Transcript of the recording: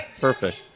Perfect